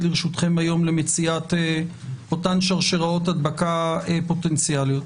לרשותכם היום למציאת אותן שרשראות הדבקה פוטנציאליות.